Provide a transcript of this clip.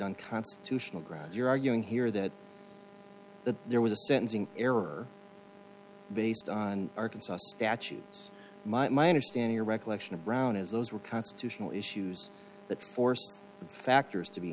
on constitutional grounds you're arguing here that there was a sentencing error based on arkansas statutes my understand your recollection of brown is those were constitutional issues that force factors to be